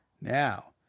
Now